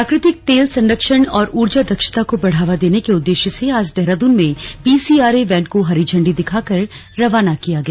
प्राकृतिक तेल संरक्षण और ऊर्जा दक्षता को बढ़ावा देने के उद्देश्य से आज देहरादून से पीसी आरए वैन को हरी झण्डी दिखाकर रवाना किया गया